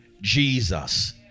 Jesus